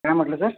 काय म्हटलं सर